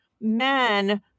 men